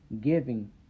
giving